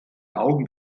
augen